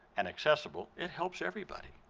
and accessible, it helps everybody.